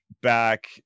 back